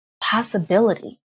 possibility